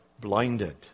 blinded